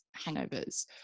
hangovers